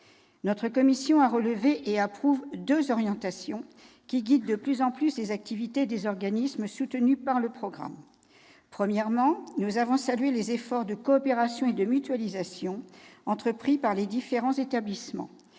Notre commission a relevé et approuve deux orientations qui guident de plus en plus les activités des organismes soutenus par le programme. Premièrement, nous avons salué les efforts de coopération et de mutualisation entrepris par les différents établissements,